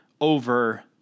over